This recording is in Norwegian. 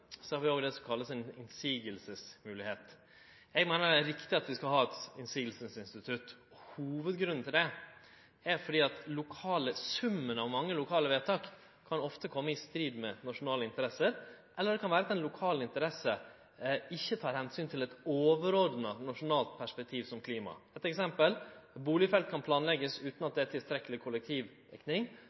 har vi m.a. også det vi kallar ei motsegnsmoglegheit. Eg meiner det er riktig at vi skal ha eit motsegnsinstitutt. Hovedgrunnen til det er at summen av mange lokale vedtak ofte kan kome i strid med nasjonale interesser, eller det kan vere at ein lokal interesse ikkje tek omsyn til eit overordna nasjonalt perspektiv som klima. Eit eksempel: Eit boligfelt kan planleggast utan tilstrekkeleg kollektivdekning, men det